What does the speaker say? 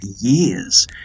years